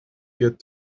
get